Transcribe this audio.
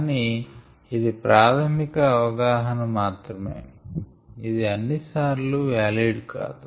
కానీ ఇది ప్రాధమిక అవగాహన మాత్రమే ఇది అన్ని సార్లు వాలిడ్ కాదు